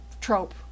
trope